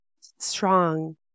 strong